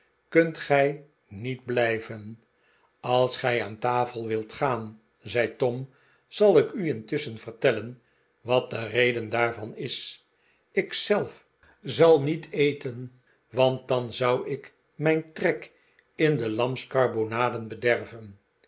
kunt gij niet blijven als gij aan tafel wilt gaan zei tom zal ik u intusschen vertellen wat de reden daarvan is ik zelf zal niet eten want dan zou ik mijn trek in de lamskarbonaden bederven